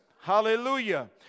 hallelujah